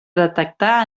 detectar